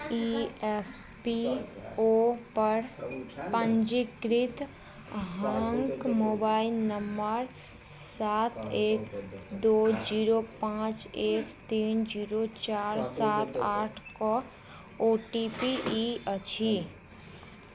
ई P F O पर पञ्जीकृत अहाँके मोबाइल नम्बर सात एक दुइ जीरो पाँच एक तीन जीरो चारि सात आठके ओ टी पी ई अछि